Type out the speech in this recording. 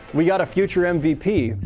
we got a future um mvp.